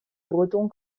breton